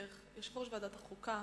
יושב-ראש ועדת החוקה,